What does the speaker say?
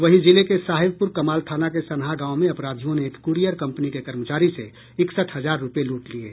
वहीं जिले के साहेबप्रकमाल थाना के सनहा गांव में अपराधियों ने एक कूरियर कंपनी के कर्मचारी से इकसठ हजार रुपये लूट लिये